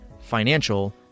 financial